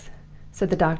said the doctor,